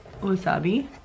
wasabi